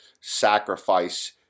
sacrifice